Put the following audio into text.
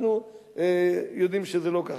אנחנו יודעים שזה לא ככה.